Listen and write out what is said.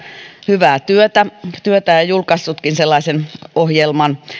hyvää työtä työtä ja ja julkaissutkin sellaisen ohjelman